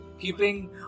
keeping